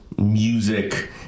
Music